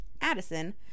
Addison